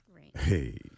Hey